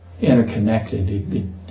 interconnected